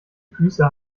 füße